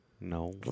No